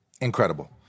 Incredible